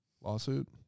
lawsuit